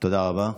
תודה רבה.